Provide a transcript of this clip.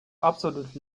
absolut